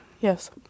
Yes